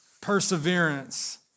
Perseverance